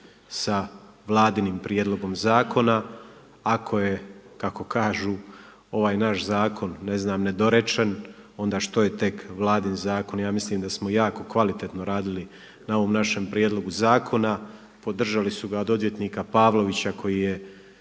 sa Vladinim prijedlogom zakona ako je kako kažu ovaj naš zakon ne znam nedorečen, onda što je tek Vladin zakon. Ja mislim da smo jako kvalitetno raditi na ovom našem prijedlogu zakona, podržali su ga od odvjetnika Pavlovića koji je